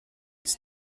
its